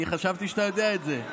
אני חשבתי שאתה יודע את זה.